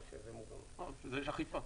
יש אכיפה.